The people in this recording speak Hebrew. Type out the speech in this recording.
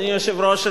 אדוני היושב-ראש,